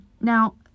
Now